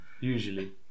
usually